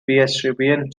presbyterian